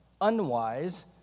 unwise